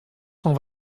cent